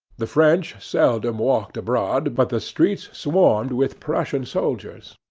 the french seldom walked abroad, but the streets swarmed with prussian soldiers.